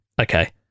okay